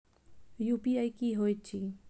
UPI की होइत अछि